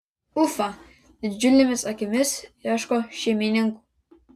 ufa didžiulėmis akimis ieško šeimininkų